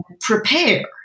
prepare